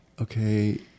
Okay